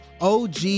OG